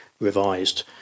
revised